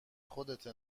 خودته